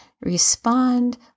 respond